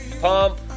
Pump